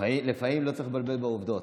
אבל לפעמים לא צריך לבלבל בעובדות.